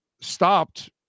stopped